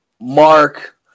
Mark